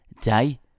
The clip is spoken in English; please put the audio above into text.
day